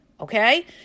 Okay